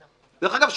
דרך אגב,